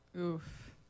Oof